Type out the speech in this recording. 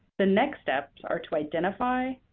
the next steps are to identify,